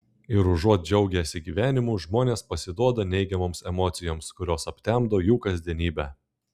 ir užuot džiaugęsi gyvenimu žmonės pasiduoda neigiamoms emocijoms kurios aptemdo jų kasdienybę